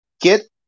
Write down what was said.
get